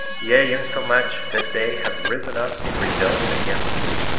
yea, insomuch that they have risen up in rebellion against me,